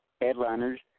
headliners